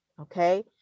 Okay